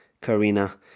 Karina